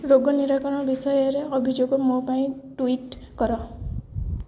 ରୋଗ ନିରାକରଣ ବିଷୟରେ ଅଭିଯୋଗ ମୋ ପାଇଁ ଟୁଇଟ୍ କର